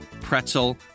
pretzel